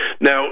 Now